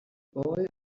boy